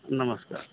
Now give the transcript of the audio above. नमस्कार